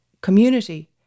community